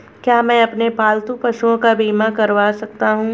क्या मैं अपने पालतू पशुओं का बीमा करवा सकता हूं?